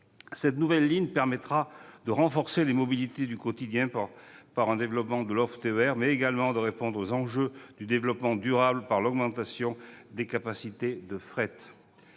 Cette nouvelle ligne permettra de renforcer les mobilités du quotidien par un développement de l'offre de TER, mais également de répondre aux enjeux du développement durable par l'augmentation des capacités de fret.